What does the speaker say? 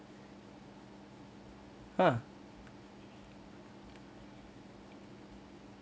ah